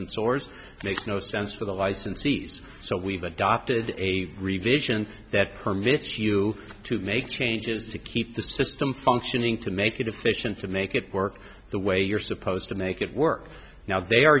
just makes no sense for the licensees so we've adopted a revision that permits you to make changes to keep the system functioning to make it efficient to make it work the way you're supposed to make it work now they are